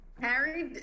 Harry